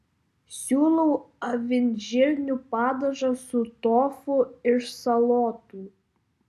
siūlau avinžirnių padažą su tofu iš salotų